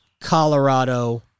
Colorado